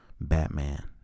Batman